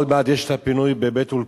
עוד מעט יש את הפינוי באולפנה,